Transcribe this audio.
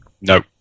No